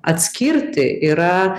atskirti yra